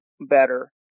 better